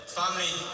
family